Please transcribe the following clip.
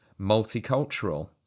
multicultural